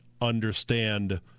understand